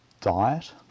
diet